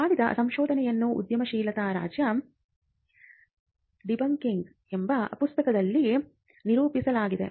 ಮಾಡಿದ ಸಂಶೋಧನೆಯನ್ನು ಉದ್ಯಮಶೀಲತಾ ರಾಜ್ಯ ಡಿಬಂಕಿಂಗ್ ಎಂಬ ಪುಸ್ತಕದಲ್ಲಿ ನಿರೂಪಿಸಲಾಗಿದೆ